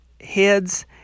heads